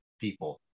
people